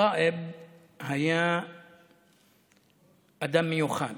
סאיב היה אדם מיוחד.